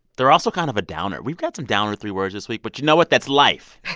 they're also kind of a downer. we've got some downer three words this week. but you know what? that's life.